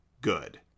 Good